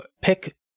pick